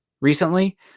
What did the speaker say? recently